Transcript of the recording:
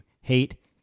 Hate